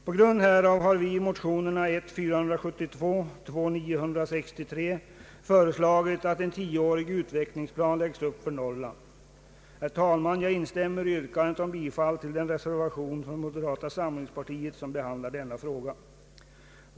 På grund härav har vi i motionerna I: 472 och II: 963 föreslagit att en tioårig utvecklingsplan läggs upp för Norrland. Herr talman! Jag instämmer i yrkandet om bifall till den reservation från moderata samlingspartiet, nr 6 a vid bankoutskottets utlåtande nr 40, som behandlar denna fråga.